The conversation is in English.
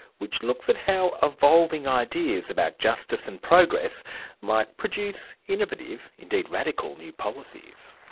which looks at how evolving ideas about justice and progress might produce innovative, indeed radical, new policies.